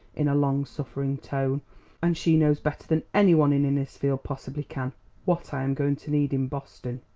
in a long-suffering tone and she knows better than any one in innisfield possibly can what i am going to need in boston.